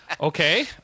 Okay